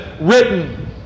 written